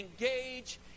engage